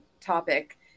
topic